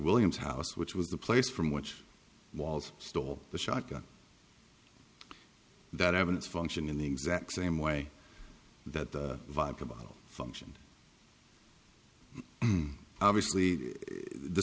williams house which was the place from which walls stole the shotgun that evidence function in the exact same way that viable function obviously the